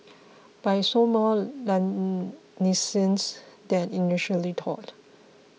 but he showed more leniency than initially thought